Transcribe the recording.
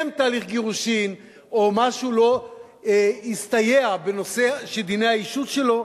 תהליך גירושים או משהו לא הסתייע בנושא של דיני האישות שלו.